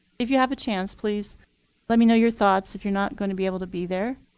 if you have a chance, please let me know your thoughts if you're not going to be able to be there.